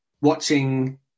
watching